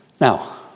Now